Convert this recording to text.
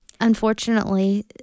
unfortunately